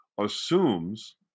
assumes